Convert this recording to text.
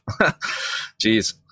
Jeez